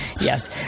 Yes